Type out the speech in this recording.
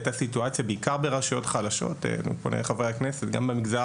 הייתה סיטואציה בעיקר ברשויות חלשות חברי הכנסת גם במגזר